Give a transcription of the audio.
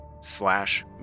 slash